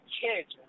kids